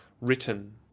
written